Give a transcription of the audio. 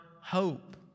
hope